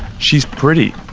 she's pretty,